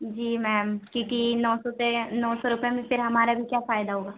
جی ma'am کیونکہ نو سوتے نو سو روپئے میں پھر ہمارا بھی کیا فائدہ ہوگا